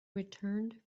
returned